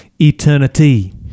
eternity